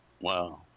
Wow